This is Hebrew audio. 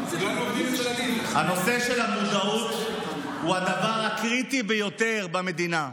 הנושא של המודעות הוא הדבר הקריטי ביותר במדינה.